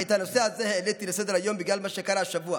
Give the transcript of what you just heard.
את הנושא העליתי לסדר-היום בגלל מה שקרה השבוע,